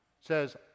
says